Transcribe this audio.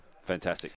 Fantastic